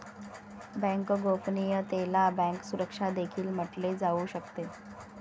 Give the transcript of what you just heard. bank गोपनीयतेला bank सुरक्षा देखील म्हटले जाऊ शकते